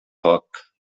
foc